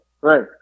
right